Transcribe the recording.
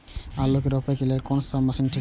आलू के रोपे के लेल कोन कोन मशीन ठीक होते?